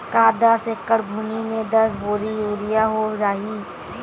का दस एकड़ भुमि में दस बोरी यूरिया हो जाही?